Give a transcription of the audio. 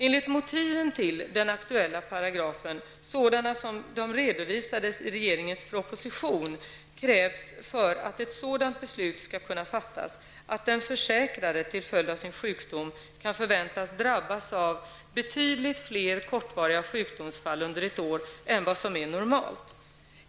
1990/91:59, krävs för att ett sådant beslut skall kunna fattas att den försäkrade till följd av sin sjukdom kan förväntas drabbas av betydligt fler kortvariga sjukdomsfall under ett år än vad som är normalt.